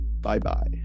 Bye-bye